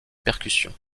percussion